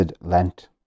Lent